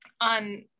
on